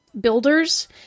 builders